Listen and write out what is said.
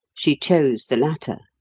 she chose the latter.